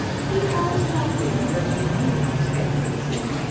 he has nothing, but he looks everything.